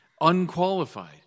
unqualified